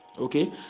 okay